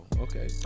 okay